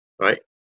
Right